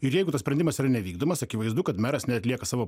ir jeigu tas sprendimas yra nevykdomas akivaizdu kad meras neatlieka savo